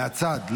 מהצד.